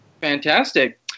fantastic